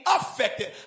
affected